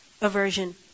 aversion